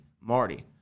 Marty